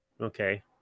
Okay